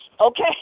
okay